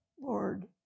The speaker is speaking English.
Lord